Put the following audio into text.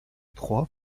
trois